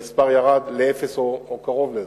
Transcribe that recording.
והמספר ירד לאפס או קרוב לזה.